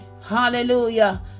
Hallelujah